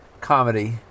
comedy